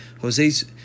Jose's